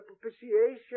propitiation